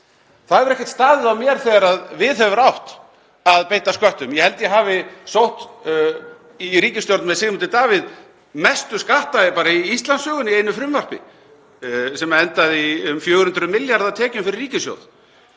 Það hefur ekkert staðið á mér þegar við hefur átt að beita sköttum. Ég held ég hafi sótt, í ríkisstjórn með Sigmundi Davíð Gunnlaugssyni, mestu skatta í Íslandssögunni í einu frumvarpi sem endaði í um 400 milljarða tekjum fyrir ríkissjóð.